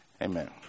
Amen